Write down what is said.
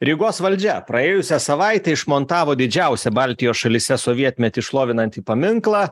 rygos valdžia praėjusią savaitę išmontavo didžiausią baltijos šalyse sovietmetį šlovinantį paminklą